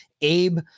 Abe